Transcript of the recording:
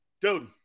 Dude